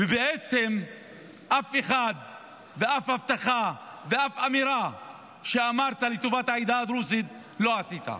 ובעצם אף הבטחה ואף אמירה שאמרת לטובת העדה הדרוזית לא עשית.